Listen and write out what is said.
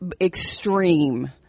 extreme